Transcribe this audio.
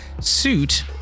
suit